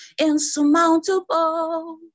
insurmountable